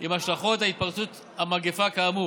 עם השלכות התפרצות המגפה כאמור.